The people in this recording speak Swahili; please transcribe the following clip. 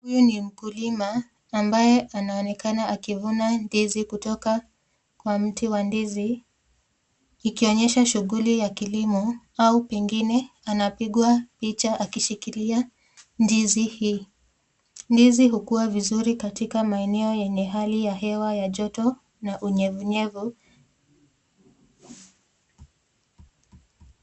Huyu ni mkulima ambaye anaonekana akivuna ndizi kutoka kwa mti wa ndizi. Ikionyesha shughuli ya kilimo au pengine anapigwa picha akishikilia ndizi hii. Ndizi ukuwa vizuri katika maeneo yenye hali ya hewa ya ni joto na unyevu nyevu.